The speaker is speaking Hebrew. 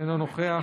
אינו נוכח,